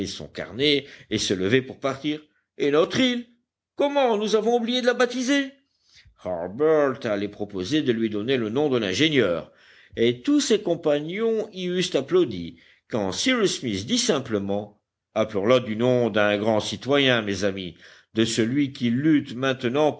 son carnet et se levait pour partir et notre île comment nous avons oublié de la baptiser harbert allait proposer de lui donner le nom de l'ingénieur et tous ses compagnons y eussent applaudi quand cyrus smith dit simplement appelons la du nom d'un grand citoyen mes amis de celui qui lutte maintenant